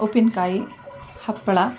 ಉಪ್ಪಿನಕಾಯಿ ಹಪ್ಪಳ